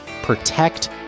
protect